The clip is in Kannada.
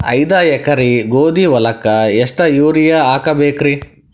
ಐದ ಎಕರಿ ಗೋಧಿ ಹೊಲಕ್ಕ ಎಷ್ಟ ಯೂರಿಯಹಾಕಬೆಕ್ರಿ?